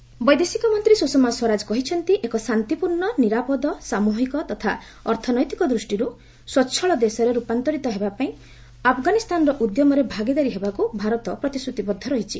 ସ୍ୱଷମା ଆଫଗାନିସ୍ତାନ ବୈଦେଶିକ ମନ୍ତ୍ରୀ ସୁଷମା ସ୍ୱରାଜ କହିଛନ୍ତି ଏକ ଶାନ୍ତିପୂର୍ଣ୍ଣ ନିରାପଦ ସାମ୍ବହିକ ତଥା ଅର୍ଥନୈତିକ ଦୂଷ୍ଟିରୁ ସ୍ୱଚ୍ଚଳ ଦେଶରେ ରୂପାନ୍ତରିତ ହେବାପାଇଁ ଆଫଗାନିସ୍ତାନର ଉଦ୍ୟମରେ ଭାଗିଦାର ହେବାକୁ ଭାରତ ପ୍ରତିଶ୍ରତିବଦ୍ଧ ରହିଛି